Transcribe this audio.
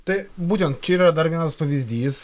tai būten čia yra dar vienas pavyzdys